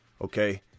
Okay